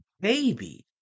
baby